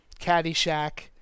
Caddyshack